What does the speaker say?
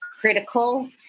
critical